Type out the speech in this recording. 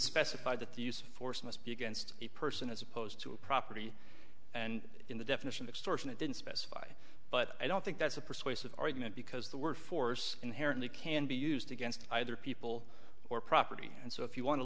that the use of force must be against a person as opposed to a property and in the definition extortion it didn't specify but i don't think that's a persuasive argument because the word force inherently can be used against either people or property and so if you wan